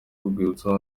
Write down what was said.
urwibutso